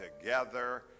together